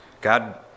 God